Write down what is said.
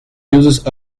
uses